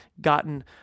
gotten